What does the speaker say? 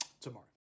tomorrow